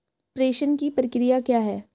प्रेषण की प्रक्रिया क्या है?